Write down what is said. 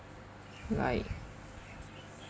like